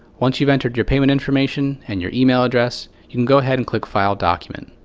once you've entered your payment information and your email address, you can go ahead and click file document.